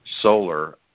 solar